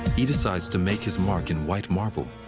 he decides to make his mark in white marble.